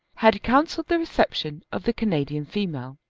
had counselled the reception of the canadian female.